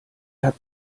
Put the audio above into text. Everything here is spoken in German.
hat